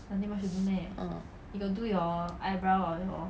uh